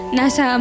nasa